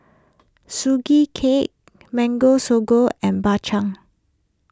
Sugee Cake Mango Sago and Bak Chang